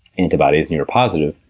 antibodies, and you were positive,